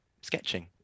sketching